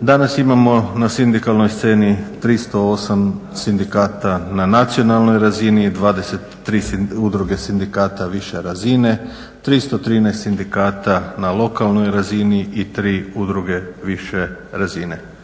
Danas imamo na sindikalnoj sceni 308 sindikata na nacionalnoj razini i 23 udruge sindikata više razine, 313 sindikata na lokalnoj razini i 3 udruge više razine.